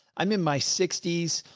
i'm in my sixties,